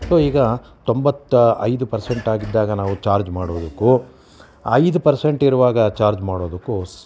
so ಈಗ ತೊಂಬತ್ತೈದು percent ಆಗಿದ್ದಾಗ ನಾವು ಚಾರ್ಜ್ ಮಾಡುವುದಕ್ಕೂ ಐದು ಪರ್ಸೆಂಟ್ ಇರುವಾಗ ಚಾರ್ಜ್ ಮಾಡೋದಕ್ಕೂ